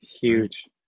Huge